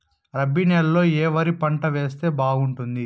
రబి నెలలో ఏ వరి పంట వేస్తే బాగుంటుంది